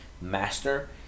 master